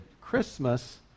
Christmas